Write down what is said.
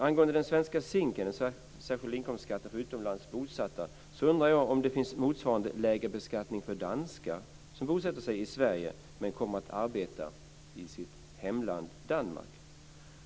Angående SINK, den särskilda inkomstskatten för utomlands bosatta, som vi har i Sverige undrar jag om det finns motsvarande lägre beskattning för danskar som bosätter sig i Sverige men som kommer att arbeta i sitt hemland Danmark.